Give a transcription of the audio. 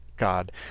God